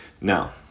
Now